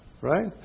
Right